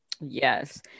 Yes